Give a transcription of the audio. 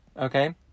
okay